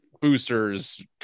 boosters